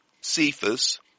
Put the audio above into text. Cephas